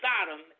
Sodom